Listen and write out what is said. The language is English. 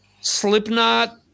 Slipknot